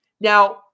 Now